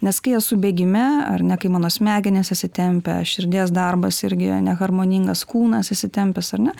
nes kai esu bėgime ar ne kai mano smegenys įsitempia širdies darbas irgi neharmoningas kūnas įsitempęs ar ne